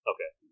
Okay